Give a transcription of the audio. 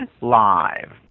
live